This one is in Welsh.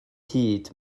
hyd